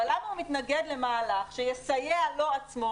אבל למה הוא מתנגד למהלך שיסייע לו עצמו